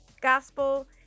gospel